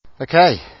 Okay